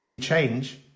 Change